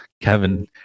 Kevin